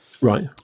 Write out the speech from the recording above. Right